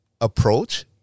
Approach